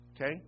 okay